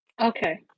Okay